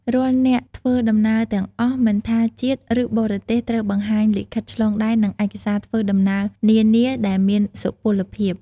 រាល់អ្នកធ្វើដំណើរទាំងអស់មិនថាជាតិឬបរទេសត្រូវបង្ហាញលិខិតឆ្លងដែននិងឯកសារធ្វើដំណើរនានាដែលមានសុពលភាព។